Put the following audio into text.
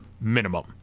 minimum